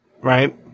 Right